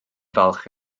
falch